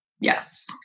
yes